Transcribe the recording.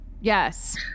Yes